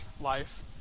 life